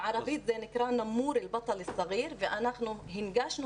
בערבית זה נקרא 'נמור אלבטאל אלזע'יר' ואנחנו הנגשנו